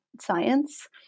science